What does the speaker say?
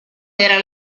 era